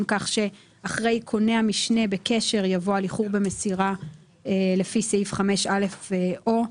כך שאחרי 'קונה המשנה בקשר' יבוא 'על איחור במסירה לפי סעיף 5א או',